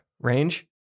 range